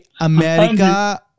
America